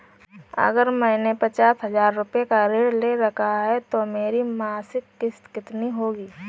अगर मैंने पचास हज़ार रूपये का ऋण ले रखा है तो मेरी मासिक किश्त कितनी होगी?